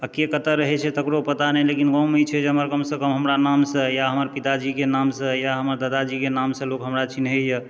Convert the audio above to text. आओर के कतऽ रहै छै तकरो पता नहि लेकिन गाँवमे ई छै जे हमरा कम सँ कम हमरा नाम सँ या हमर पिताजीके नामसँ या हमर दादाजीके नामसँ लोक हमरा चिन्हैए